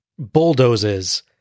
bulldozes